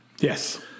Yes